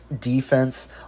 defense